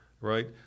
right